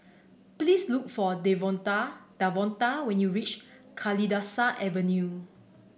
please look for Devonta Davonta when you reach Kalidasa Avenue